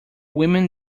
women